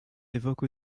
évoque